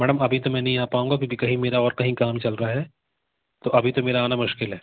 madam अभी तो मैं नहीं आ पाऊँगा क्योंकि कहीं मेरा और कहीं काम चल रहा है तो अभी तो मेरा नाम मुश्किल है